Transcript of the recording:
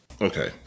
Okay